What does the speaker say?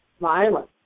violence